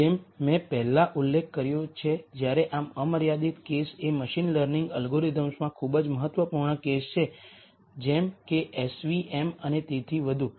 જેમ મેં પહેલાં ઉલ્લેખ કર્યો છે જ્યારે આ અમર્યાદિત કેસ એ મશીન લર્નિંગ એલ્ગોરિધમ્સમાં ખૂબ જ મહત્વપૂર્ણ કેસ છે જેમ કે એસ વી એમ અને તેથી વધુ